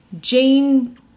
Jane